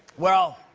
well,